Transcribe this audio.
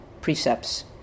precepts